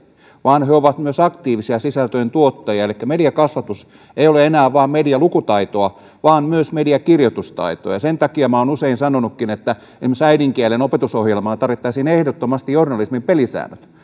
vaan he ovat myös aktiivisia sisältöjen tuottajia elikkä mediakasvatus ei ole enää vain medialukutaitoa vaan myös mediakirjoitustaitoa sen takia minä olen usein sanonutkin että esimerkiksi äidinkielen opetusohjelmaan tarvittaisiin ehdottomasti journalismin pelisäännöt